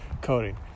coding